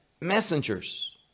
messengers